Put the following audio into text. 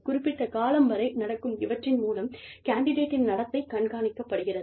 குறிப்பிட்ட காலம் வரை நடக்கும் இவற்றின் மூலம் கேண்டிடேட்டின் நடத்தை கண்காணிக்கப்படுகிறது